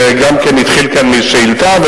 זה גם כן התחיל משאילתא כאן,